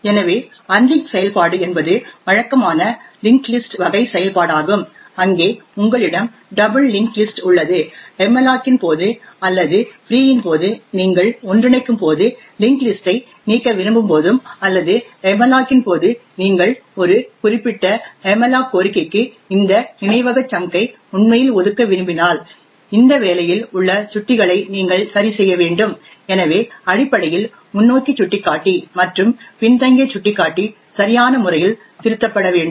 எனவே அன்லிங்க் செயல்பாடு என்பது வழக்கமான லிஙஂகஂடஂ லிஸஂடஂ வகை செயல்பாடாகும் அங்கே உங்களிடம் டபுள் லிஙஂகஂடஂ லிஸஂடஂ உள்ளது மல்லோக்கின் போது அல்லது ஃப்ரீ இன் போது நீங்கள் ஒன்றிணைக்கும் போது லிஙஂகஂடஂ லிஸஂடஂ ஐ நீக்க விரும்பும் போது அல்லது malloc இன் போது நீங்கள் ஒரு குறிப்பிட்ட malloc கோரிக்கைக்கு இந்த நினைவக சங்க் ஐ உண்மையில் ஒதுக்க விரும்பினால் இந்த வேலையில் உள்ள சுட்டிகளை நீங்கள் சரிசெய்ய வேண்டும் எனவே அடிப்படையில் முன்னோக்கி சுட்டிக்காட்டி மற்றும் பின்தங்கிய சுட்டிக்காட்டி சரியான முறையில் திருத்தப்பட வேண்டும்